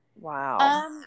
Wow